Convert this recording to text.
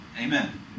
amen